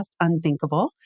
Unthinkable